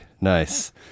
Nice